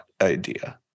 idea